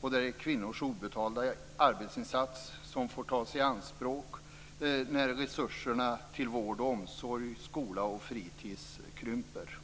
Dessutom är det kvinnors obetalda arbetsinsats som får tas i anspråk när resurserna till vård och omsorg samt till skola och fritis krymper.